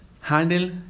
handle